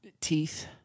teeth